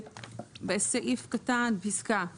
בסעיף קטן פסקה ג'